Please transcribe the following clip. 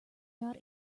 not